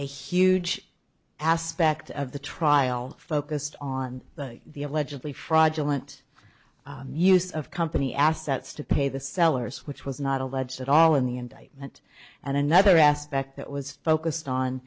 a huge aspect of the trial focused on the allegedly fraudulent use of company assets to pay the sellers which was not alleged at all in the indictment and another aspect that was focused on